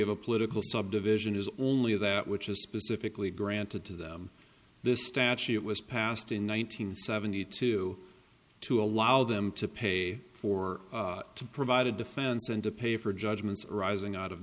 of a political subdivision is only that which is specifically granted to them this statute was passed in one nine hundred seventy two to allow them to pay for to provide a defense and to pay for judgments arising out of